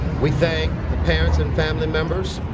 we thank the parents and family members,